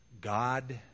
God